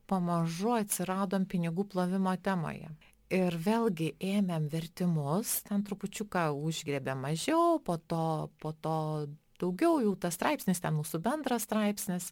pamažu atsiradom pinigų plovimo temoje ir vėlgi ėmėm vertimus ten trupučiuką užgriebėm mažiau po to po to daugiau jau tas straipsnis ten mūsų bendras straipsnis